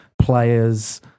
players